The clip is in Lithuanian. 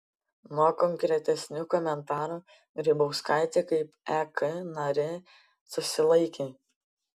nuo konkretesnių komentarų grybauskaitė kaip ek narė susilaikė